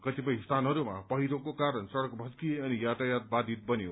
कतिपय स्थानहरूमा पहिरोको कारण सड़क भत्किए अनि यातायात बाधित बन्यो